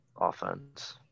offense